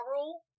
rule